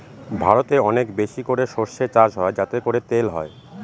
ভারতে অনেক বেশি করে সর্ষে চাষ হয় যাতে করে তেল হয়